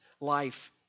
life